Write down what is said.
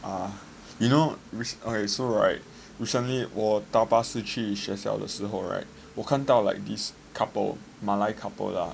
you know okay so right recently 我搭巴士去学校的时候 right 我看到 like this couple 马来 couple lah